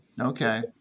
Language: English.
Okay